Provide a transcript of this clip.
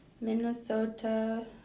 Minnesota